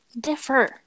differ